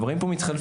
דברים פה מתחלפים,